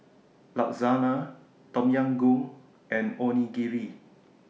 Lasagna Tom Yam Goong and Onigiri